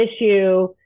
issue